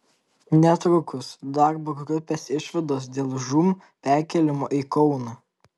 netrukus darbo grupės išvados dėl žūm perkėlimo į kauną